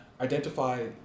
identify